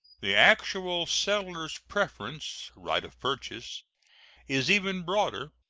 the actual settler's preference right of purchase is even broader,